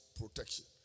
protection